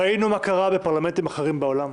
ראינו מה קרה בפרלמנטים אחרים בעולם,